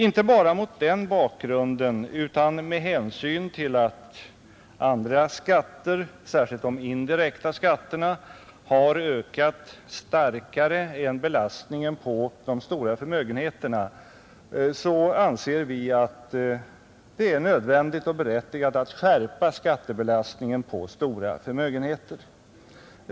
Inte bara mot den bakgrunden utan med hänsyn till att andra skatter, särskilt de indirekta skatterna, har ökat starkare än belastningen på de Nr 71 stora förmögenheterna anser vi att det är nödvändigt och berättigat att Onsdagen den skärpa skattebelastningen på stora förmögenheter.